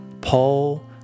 Paul